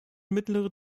mittlere